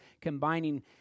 combining